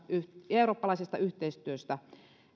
ja eurooppalaiselta yhteistyöltä